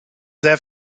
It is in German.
sehr